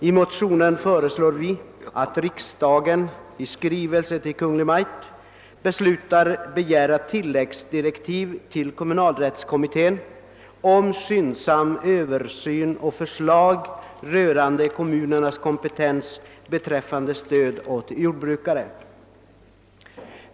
I motionen föreslår vi att riksdagen beslutar att i skrivelse till Kungl. Maj:t begära tillläggsdirektiv till kommunalrättskommitten om skyndsam översyn och förslag rörande kommunernas kompetens beträffande stöd åt jordbrukare.